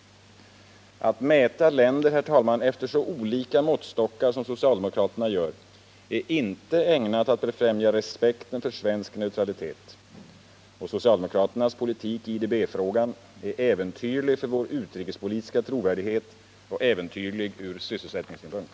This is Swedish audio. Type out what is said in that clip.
Att mäta länder, herr talman, efter så olika måttstockar som socialdemokraterna gör är inte ägnat att befrämja respekten för svensk neautralitet — och socialdemokraternas politik i IDB-frågan är äventyrlig för vår utrikespolitiska trovärdighet och äventyrlig ur sysselsättningssynpunkt.